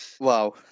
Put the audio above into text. Wow